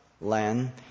land